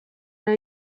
una